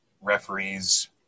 referees